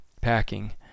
packing